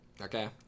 okay